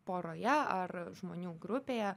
poroje ar žmonių grupėje